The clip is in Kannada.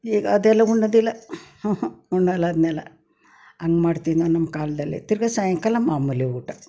ಈಗ ಅದೆಲ್ಲ ಉಣ್ಣೋದಿಲ್ಲ ಹ್ಞೂ ಹ್ಞೂ ಉಣ್ಣಲ್ಲ ಅದನ್ನೆಲ್ಲ ಹಂಗೆ ಮಾಡ್ತಿದ್ದ ನಾವು ನಮ್ಮ ಕಾಲದಲ್ಲಿ ತಿರುಗಾ ಸಾಯಂಕಾಲ ಮಾಮೂಲಿ ಊಟ